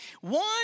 One